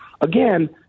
again